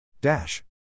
Dash